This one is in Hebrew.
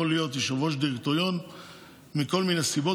להיות יושב-ראש דירקטוריון מכל מיני סיבות